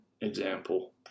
Example